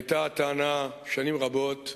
היתה טענה שנים רבות,